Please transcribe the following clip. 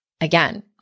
Again